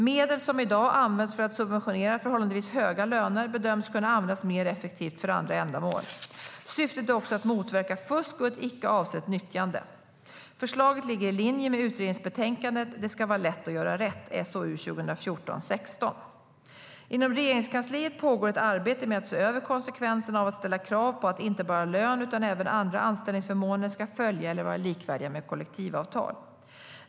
Medel som i dag används för att subventionera förhållandevis höga löner bedöms kunna användas mer effektivt för andra ändamål. Syftet är också att motverka fusk och ett icke avsett nyttjande. Förslaget ligger i linje med utredningsbetänkandet Det ska vara lätt att göra rätt . Inom Regeringskansliet pågår ett arbete med att se över konsekvenserna av att ställa krav på att inte bara lön utan även andra anställningsförmåner ska följa eller vara likvärdiga med kollektivavtal.